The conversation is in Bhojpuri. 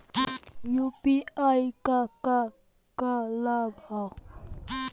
यू.पी.आई क का का लाभ हव?